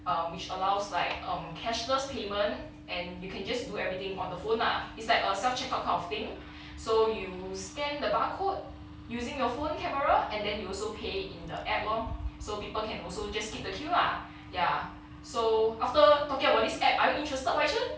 um which allows like um cashless payment and you can just do everything on the phone lah it's like a self checkout kind of thing so you scan the barcode using your phone camera and then you also pay in the app lor so people can also just skip the queue lah ya so after talking about this app are you interested wai chen